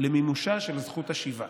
למימושה של זכות השיבה.